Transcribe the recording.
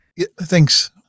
Thanks